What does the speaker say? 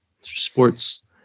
sports